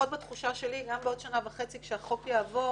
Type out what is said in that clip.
בתחושה שלי גם בעוד שנה וחצי כשהחוק יעבור